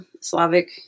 Slavic